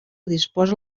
disposa